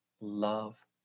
love